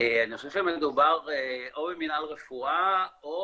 אני חושב שמדובר או במינהל רפואה, או